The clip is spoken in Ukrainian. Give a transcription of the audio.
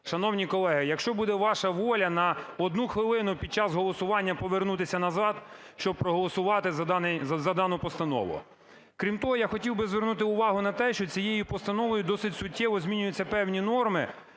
шановні колеги, якщо буде ваша воля, на одну хвилину під час голосування повернутися назад, щоби проголосувати за дану постанову. Крім того, я хотів би звернути увагу на те, що цією постановою досить суттєво змінюють певні норми.